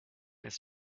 ist